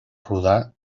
rural